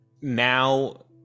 now